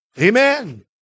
Amen